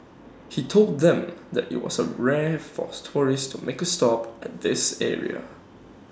he told them that IT was A rare for tourists to make A stop at this area